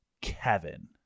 kevin